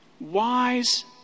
Wise